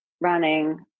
running